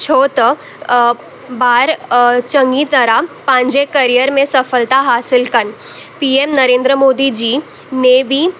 छो त ॿार चङी तरह पंहिंजे करियर में सफलता हासिल कनि पी एम नरेंद्र मोदी जी ने बि